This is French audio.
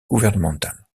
gouvernementales